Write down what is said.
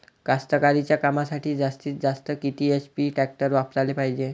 कास्तकारीच्या कामासाठी जास्तीत जास्त किती एच.पी टॅक्टर वापराले पायजे?